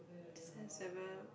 this has ever